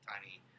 tiny